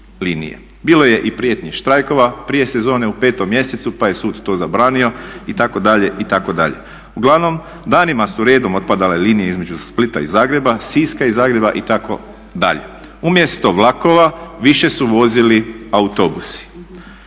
Bilo je i prijetnji štrajkova prije sezone u petom mjesecu, pa je sud to zabranio itd. itd. Uglavnom danima su redom otpadale linije između Splita i Zagreba, Siska i Zagreba itd. Umjesto vlakova više su vozili autobusi.